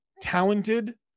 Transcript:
talented